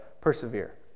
persevere